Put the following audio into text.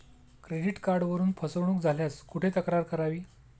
Credit कार्डवरून फसवणूक झाल्यास कुठे तक्रार करावी?